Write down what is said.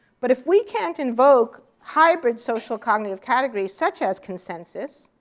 but if we can't invoke hybrid social cognitive categories such as consensus,